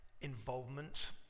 involvement